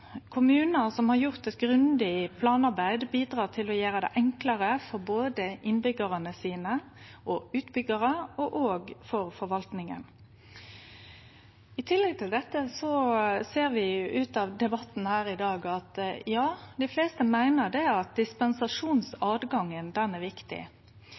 Kommunar som har gjort eit grundig planarbeid, bidrar til å gjere det enklare både for innbyggjarane sine, for utbyggjarar og for forvaltninga. I tillegg til dette ser vi av debatten her i dag at dei fleste meiner at dispensasjonsåtgangen er viktig,